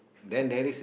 then there is